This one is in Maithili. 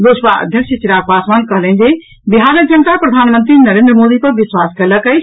लोजपा अध्यक्ष चिराग पासवान कहलनि अछि जे बिहारक जनता प्रधानमंत्री नरेन्द्र मोदी पर विश्वास कयलक अछि